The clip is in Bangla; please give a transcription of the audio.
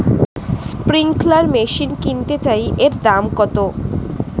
স্প্রিংকলার মেশিন কিনতে চাই এর দাম কত?